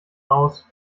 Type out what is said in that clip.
aus